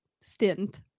stint